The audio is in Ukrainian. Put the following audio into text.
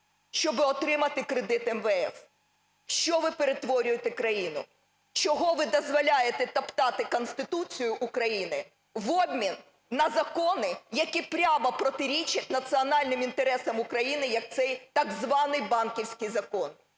щоби отримати кредит МВФ". В що ви перетворюєте країну? Чого ви дозволяєте топтати Конституцію України в обмін на закони, які прямо протирічать національним інтересам України, як цей так званий банківський закон?